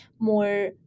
more